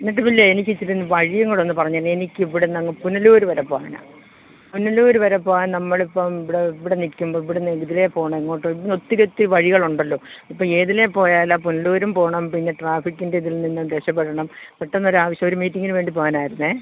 എന്നിട്ട് ഇല്ലേ എനിക്കിച്ചിരി വഴിയും കൂടൊന്ന് പറഞ്ഞേ എനിക്കിവിടുന്നങ്ങ് പുനലൂർ വരെ പോവാനാണ് പുനലൂർ വരെ പോവാൻ നമ്മളിപ്പം ഇവിടെ ഇവിടെ നിൽക്കുമ്പോൾ ഇവിടുന്ന് ഇതിലെ പോണെങ്ങോട്ട് ഇവിടെന്ന് ഒത്തിരി ഒത്തിരി വഴികളൊണ്ടല്ലോ ഇപ്പോൾ ഏതിലേ പോയാലാ പുനലൂരും പോകണം പിന്നെ ട്രാഫിക്കിൻറ്റിതിൽ നിന്നും രക്ഷപ്പെടണം പെട്ടന്നൊരാവശ്യം ഒരു മീറ്റിംഗിന് വേണ്ടി പോവാനായിരുന്നു